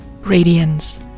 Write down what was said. Radiance